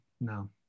no